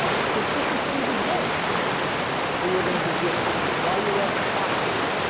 specifically the drugs that you're going to be given while you're at the hospital.